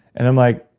and i'm like,